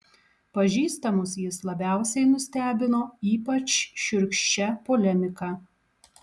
pažįstamus jis labiausiai nustebino ypač šiurkščia polemika